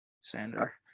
Sander